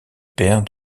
père